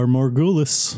Morgulis